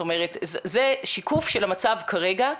זה שיקוף של המצב כרגע,